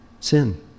Sin